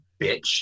bitch